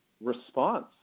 response